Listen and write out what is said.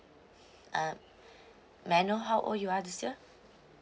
uh may I know how old you are this year